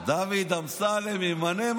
דוד אמסלם ימנה?